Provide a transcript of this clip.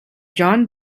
john